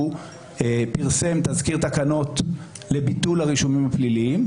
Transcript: פרסם תזכיר תקנות לביטול הרישומים הפליליים.